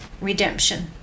redemption